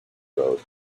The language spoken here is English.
road